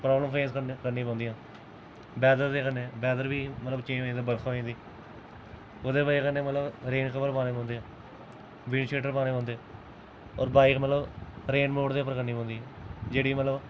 प्रॉब्लमां फेस करनियां पौंदियां वैदर कन्नै वैदर बी मतलब चेंज होई जंदा बरखा कन्नै ओह्दे बजह कन्नै रेनकोट पाने पौंदे वेवशटर पाना पौंदे होर बाईक रेन मोड पर करना पौंदी जेह्ड़ी मतलब